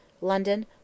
London